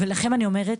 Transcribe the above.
ולכם אני אומרת,